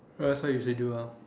cause that's what I usually do ah